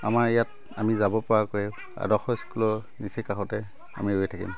আমাৰ ইয়াত আমি যাব পৰাকৈ আদৰ্শ স্কুলৰ নিচেই কাষতে আমি ৰৈ থাকিম